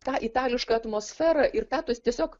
tą itališką atmosferą ir tą tuos tiesiog